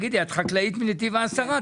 את חקלאית מנתיב העשרה.